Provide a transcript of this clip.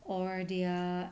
or they are